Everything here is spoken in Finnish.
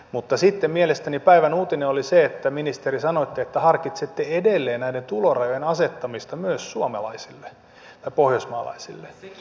mutta sitten mielestäni päivän uutinen oli se että ministeri sanoitte että harkitsette edelleen näiden tulorajojen asettamista myös suomalaisille ja pohjoismaalaisille